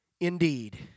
Indeed